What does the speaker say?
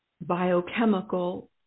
biochemical